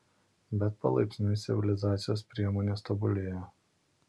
bet palaipsniui civilizacijos priemonės tobulėjo